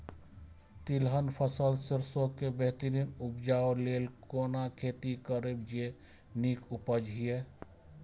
तिलहन फसल सरसों के बेहतरीन उपजाऊ लेल केना खेती करी जे नीक उपज हिय?